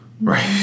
Right